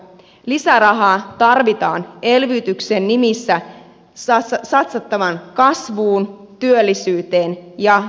lisärahaa tarvitaan elvytyksen nimissä satsattavaan kasvuun työllisyyteen ja investointeihin